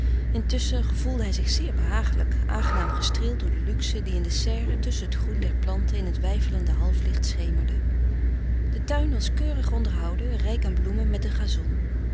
intusschen gevoelde hij zich zeer behagelijk aangenaam gestreeld door de luxe die in de serre tusschen het groen der planten in het weifelende halflicht schemerde de tuin was keurig onderhouden rijk aan bloemen met een gazon